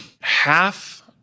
half